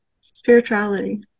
Spirituality